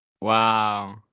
Wow